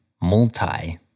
multi